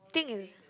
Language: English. thing is